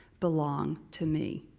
belong to me.